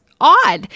odd